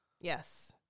yes